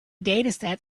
dataset